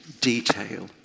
detail